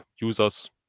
users